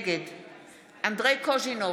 נגד אנדרי קוז'ינוב,